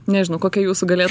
nežinau kokia jūsų galėt